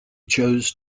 chose